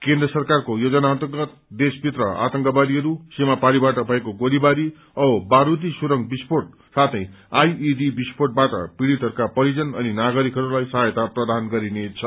केन्द्र सरकारको योजना अर्न्तगत देशभित्र आतंकवादीहरू सीमापारीबाट भएको गोलीबारी औ बारूदी सुरूङ विस्फोट साथै आईईडी विस्फोटबाट पीड़ितहरूका परिजन अनि नागरिकहरूलाई सहायता प्रदान गरिनेछ